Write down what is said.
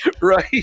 right